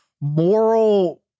moral